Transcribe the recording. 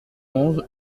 onze